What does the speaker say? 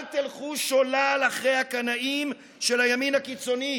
אל תלכו שולל אחרי הקנאים של הימין הקיצוני.